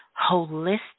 holistic